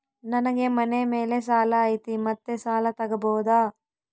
ನನಗೆ ಮನೆ ಮೇಲೆ ಸಾಲ ಐತಿ ಮತ್ತೆ ಸಾಲ ತಗಬೋದ?